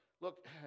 Look